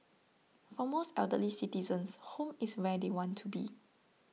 for most elderly citizens home is where they want to be